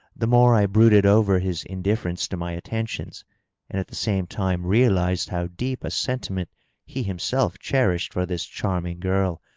the more i brooded over his indifference to my attentions and at the same time realized how deep a sentiment he himself cherished for this charming girl,